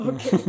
Okay